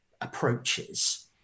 approaches